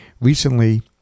Recently